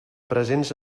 presents